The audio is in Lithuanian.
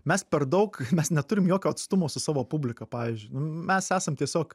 mes per daug mes neturim jokio atstumo su savo publika pavyzdžiui mes esam tiesiog